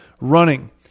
running